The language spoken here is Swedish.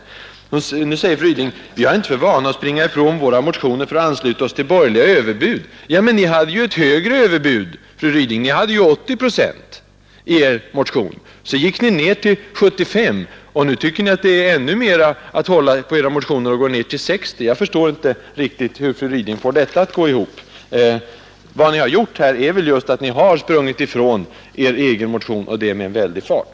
Sedan säger fru Ryding: Vi har inte för vana att springa ifrån våra motioner för att ansluta oss till borgerliga överbud. Men ni hade ju ett högre överbud, fru Ryding! Ni hade 80 procent i er motion; sedan gick ni ned till 75, och nu tycker ni att det är att hålla på er motion ännu bättre om man går ned till 60. Jag förstår inte riktigt hur fru Ryding får detta att gå ihop. Vad ni gjort här är just att ni har sprungit ifrån er egen motion — och det med en väldig fart!